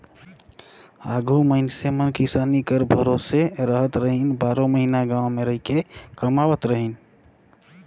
आघु मइनसे मन किसानी कर भरोसे रहत रहिन, बारो महिना गाँव मे रहिके कमावत रहिन